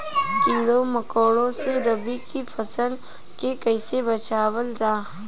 कीड़ों मकोड़ों से रबी की फसल के कइसे बचावल जा?